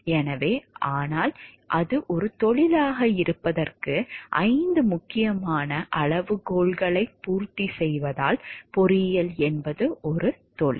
எனவே ஆனால் அது ஒரு தொழிலாக இருப்பதற்கு ஐந்து முக்கியமான அளவுகோல்களையும் பூர்த்தி செய்வதால் பொறியியல் என்பது ஒரு தொழில்